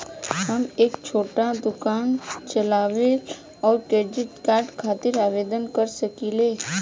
हम एक छोटा दुकान चलवइले और क्रेडिट कार्ड खातिर आवेदन कर सकिले?